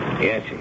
Yes